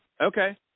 Okay